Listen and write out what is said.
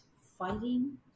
fighting